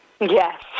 Yes